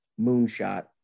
moonshot